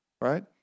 right